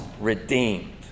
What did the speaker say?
redeemed